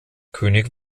könig